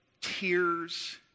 tears